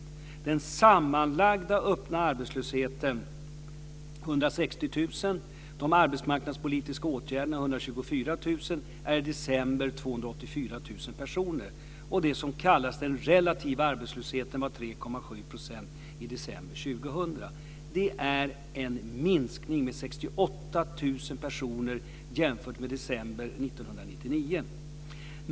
Summan av antalet personer i öppen arbetslöshet på 160 000 och antal personer i arbetsmarknadspolitiska åtgärder på 124 000 var i december 284 000 personer. Det som kallas den relativa arbetslösheten var 3,7 % i december 2000. Det är en minskning med 68 000 personer jämfört med december 1999.